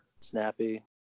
Snappy